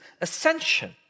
ascension